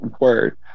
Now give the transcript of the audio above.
Word